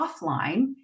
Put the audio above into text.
offline